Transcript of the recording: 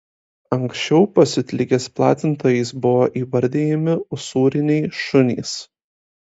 anksčiau pasiutligės platintojais buvo įvardijami usūriniai šunys